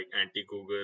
anti-Google